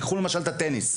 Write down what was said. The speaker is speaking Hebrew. קחו למשל את הטניס.